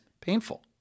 painful